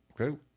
okay